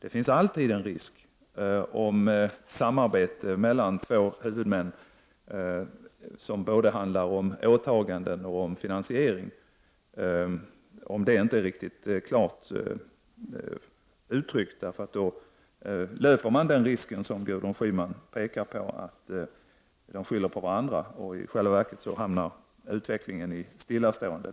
I fall där ansvarsfördelningen mellan två huvudmän inte har blivit klart uttryckt när det gäller åtaganden och finansiering, löper man alltid, precis som Gudrun Schyman säger, risken att de skyller på varandra. Utvecklingen kommer då att i själva verket stå stilla.